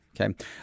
okay